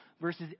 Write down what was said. verses